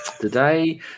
today